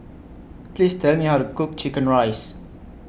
Please Tell Me How to Cook Chicken Rice